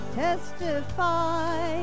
testify